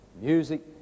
music